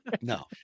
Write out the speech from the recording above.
No